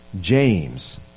James